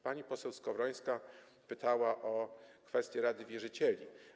Pani poseł Skowrońska pytała o kwestię rady wierzycieli.